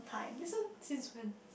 this one since when